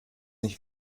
nicht